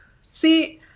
see